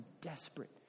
desperate